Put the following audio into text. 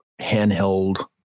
handheld